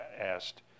asked